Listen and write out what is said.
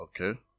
Okay